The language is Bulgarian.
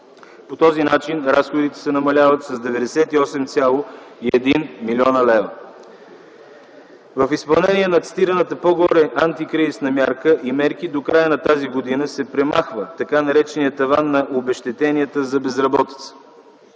По този начин разходите се намаляват с 98,1 млн. лв. В изпълнение на цитираната по-горе антикризисна мярка и мерки до края на тази година, се премахва тъй нареченият таван на обезщетенията за безработица.